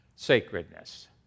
Sacredness